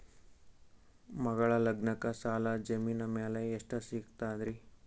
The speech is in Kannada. ಮಗಳ ಲಗ್ನಕ್ಕ ಸಾಲ ಜಮೀನ ಮ್ಯಾಲ ಎಷ್ಟ ಸಿಗ್ತದ್ರಿ?